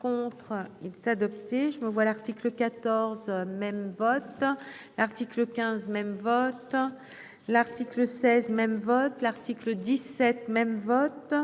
contre, il est adopté. Je me vois l'article 14. Ce même votre. Article 15 même votre. L'article 16 même votre l'article 17 même vote.